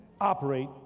operate